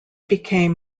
became